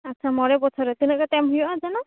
ᱟᱪᱪᱷᱟ ᱢᱚᱬᱮ ᱵᱚᱪᱷᱚᱨ ᱨᱮ ᱛᱤᱱᱟᱹᱜ ᱠᱟᱛᱮᱫ ᱮᱢ ᱦᱩᱭᱩᱜᱼᱟ ᱡᱮᱱᱚ